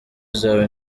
zawe